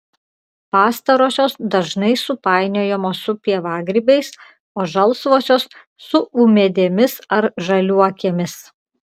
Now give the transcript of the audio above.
pastarosios dažnai supainiojamos su pievagrybiais o žalsvosios su ūmėdėmis ar žaliuokėmis